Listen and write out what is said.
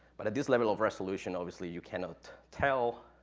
but in this level of resolution, obviously, you cannot tell